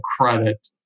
credit